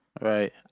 Right